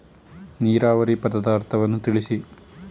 ನೀರಾವರಿ ಪದದ ಅರ್ಥವನ್ನು ತಿಳಿಸಿ?